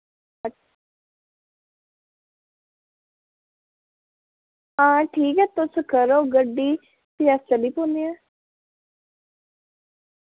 हां ठीक ऐ तुस करो गड्डी फ्ही अस चली पौने ऐं